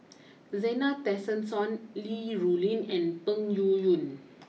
Zena Tessensohn Li Rulin and Peng Yuyun